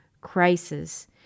crisis